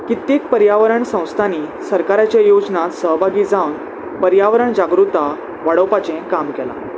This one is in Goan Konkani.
कित्येक पर्यावरण संस्थांनी सरकाराच्या योजन सहभागी जावन पर्यावरण जागृता वाडोवपाचें काम केलां